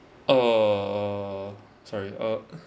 err sorry uh